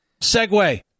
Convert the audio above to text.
segue